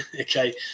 okay